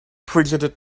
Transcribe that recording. fidgeted